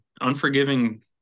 unforgiving